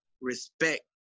respect